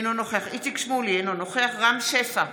אינו נוכח איציק שמולי, אינו נוכח רם שפע,